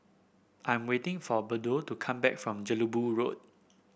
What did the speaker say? I am waiting for Bode to come back from Jelebu Road